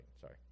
sorry